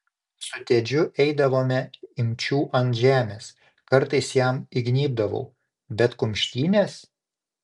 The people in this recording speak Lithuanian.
su tedžiu eidavome imčių ant žemės kartais jam įgnybdavau bet kumštynės